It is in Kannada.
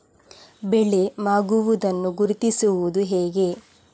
ಬೆಳೆ ಮಾಗುವುದನ್ನು ಗುರುತಿಸುವುದು ಹೇಗೆ?